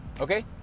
Okay